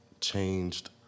changed